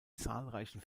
zahlreichen